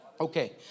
Okay